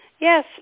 Yes